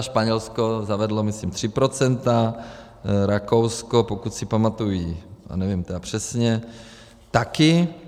Španělsko zavedlo myslím 3 %, Rakousko, pokud si pamatuji, a nevím tedy přesně, také.